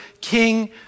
King